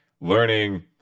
learning